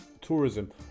tourism